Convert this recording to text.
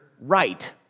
right